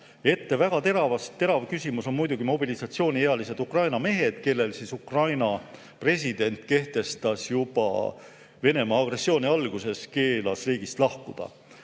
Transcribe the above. Omaette väga terav küsimus on muidugi mobilisatsiooniealised Ukraina mehed, kellel Ukraina president keelas juba Venemaa agressiooni alguses riigist lahkuda.